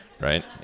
right